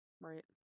Right